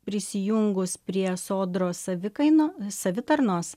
prisijungus prie sodros savikaino savitarnos